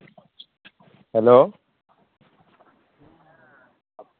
hello